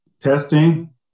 Testing